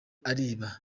ariba